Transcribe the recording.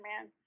man